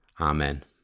Amen